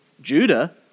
Judah